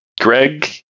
Greg